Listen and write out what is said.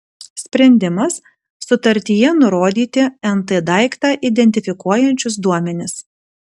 sprendimas sutartyje nurodyti nt daiktą identifikuojančius duomenis